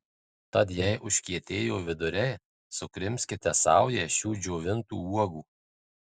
tad jei užkietėjo viduriai sukrimskite saują šių džiovintų uogų